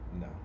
no